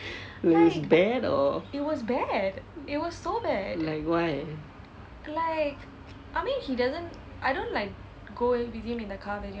like it was bad or like why